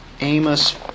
Amos